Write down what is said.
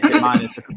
minus